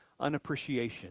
unappreciation